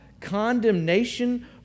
condemnation